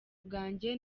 bwanjye